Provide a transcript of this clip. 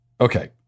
Okay